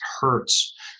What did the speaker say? hurts